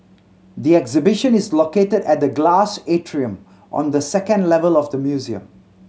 the exhibition is located at the glass atrium on the second level of the museum